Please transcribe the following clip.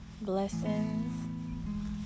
Blessings